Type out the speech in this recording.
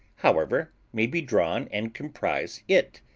however, may be drawn, and comprise it,